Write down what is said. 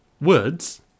Words